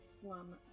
slum